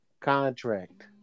contract